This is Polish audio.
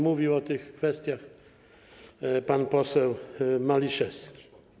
Mówił o tych kwestiach pan poseł Maliszewski.